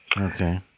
Okay